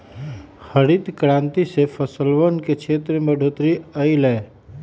हरित क्रांति से फसलवन के क्षेत्रफल में बढ़ोतरी अई लय